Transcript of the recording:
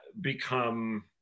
become